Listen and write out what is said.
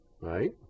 right